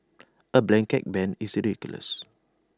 A blanket ban is ridiculous